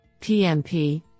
PMP